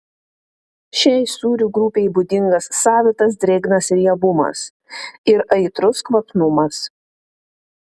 šiai sūrių grupei būdingas savitas drėgnas riebumas ir aitrus kvapnumas